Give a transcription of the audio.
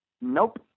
Nope